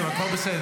תצאי.